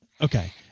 okay